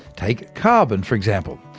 take carbon for example.